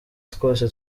twose